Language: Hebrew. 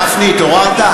גפני, התעוררת?